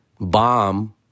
bomb